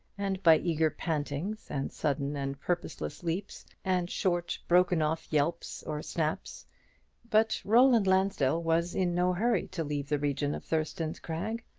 and by eager pantings, and sudden and purposeless leaps, and short broken-off yelps or snaps but roland lansdell was in no hurry to leave the region of thurston's crag.